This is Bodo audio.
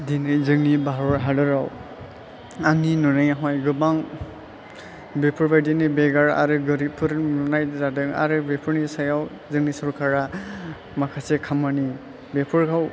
दिनै जोंनि भारत हादराव आंनि नुनायावहाय गोबां बेफोरबादिनो बेगार आरो गोरिबफोर नुनाय जादों आरो बेफोरनि सायाव जोंनि सरखारा माखासे खामानि बेफोराव